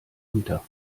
unter